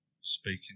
speaking